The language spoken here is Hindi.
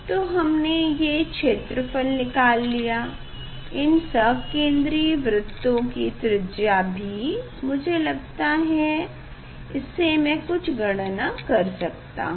तो हमने ये क्षेत्रफल निकाल लिया इन सकेंद्री वृत्तों की त्रिज्या भी मुझे लगता है इससे मैं कुछ गणना कर सकता हूँ